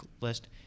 list